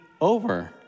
over